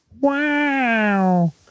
wow